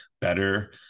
better